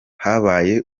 habaye